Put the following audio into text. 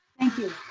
thank you.